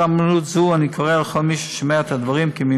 בהזדמנות זו אני גם קורא לכל מי ששומע את הדברים כי אם